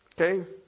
Okay